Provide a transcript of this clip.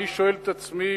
אני שואל את עצמי,